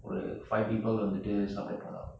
ஒறு:oru five people வந்து:vanthu supper போனோம்:ponom